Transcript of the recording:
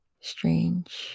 strange